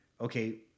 okay